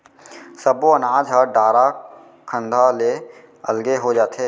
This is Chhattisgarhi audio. सब्बो अनाज ह डारा खांधा ले अलगे हो जाथे